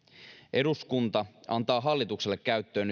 eduskunta antaa nyt hallitukselle käyttöön